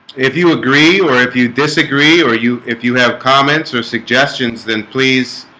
if you agree or if you disagree or you if you have comments or suggestions then please